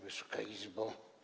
Wysoka Izbo!